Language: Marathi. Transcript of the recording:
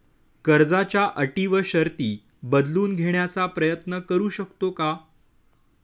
कर्जाच्या अटी व शर्ती बदलून घेण्याचा प्रयत्न करू शकतो का?